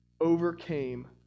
overcame